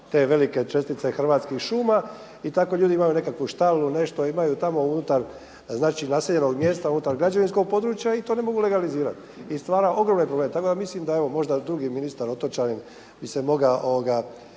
te velike čestite Hrvatskih šuma i tako ljudi imaju nekakvu štalu, nešto imaju tamo unutar znači naseljenog mjesta, unutar građevinskog područja i to ne mogu legalizirati i stvara ogromne probleme. Tako da mislim da evo možda drugi ministar otočanin bi se mogao